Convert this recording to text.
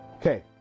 okay